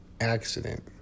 accident